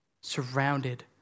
surrounded